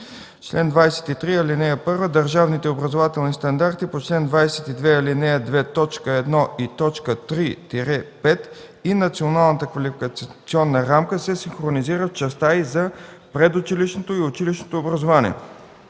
„Чл. 23. (1) Държавните образователни стандарти по чл. 22, ал. 2, т. 1 и т. 3-5 и Националната квалификационна рамка се синхронизират в частта й за предучилищното и училищното образование.